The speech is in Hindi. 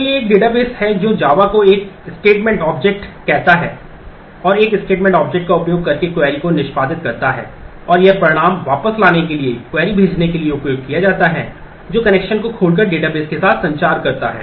तो यह एक डेटाबेस है जो Java को एक स्टेटमेंट ऑब्जेक्ट कहता है और एक स्टेटमेंट ऑब्जेक्ट का उपयोग करके क्वेरी को निष्पादित करता है और यह परिणाम वापस लाने के लिए क्वेरी भेजने के लिए उपयोग किया जाता है जो कनेक्शन को खोलकर डेटाबेस के साथ संचार करता है